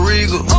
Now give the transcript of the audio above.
Regal